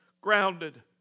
Grounded